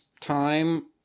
time